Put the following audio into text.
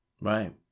right